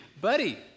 buddy